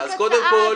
קודם כל,